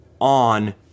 on